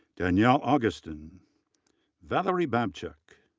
danielle augustin, valerie babchuk,